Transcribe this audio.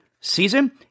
season